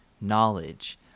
knowledge